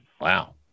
Wow